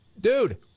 Dude